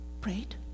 prayed